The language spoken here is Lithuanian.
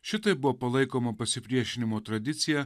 šitaip buvo palaikoma pasipriešinimo tradicija